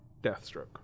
Deathstroke